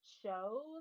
shows